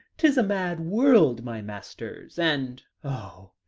tis a mad world, my masters' and, oh!